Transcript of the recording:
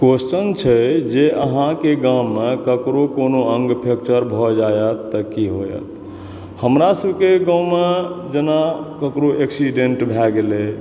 question छै जे अहाँके गाममे ककरो कोनो अंग कैप्चर भऽ जाएत तऽ कि होयत हमरा सबके गाँवमे जेना ककरो एक्सीडेन्ट भऽ गेलै